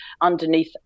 underneath